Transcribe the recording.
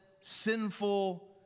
sinful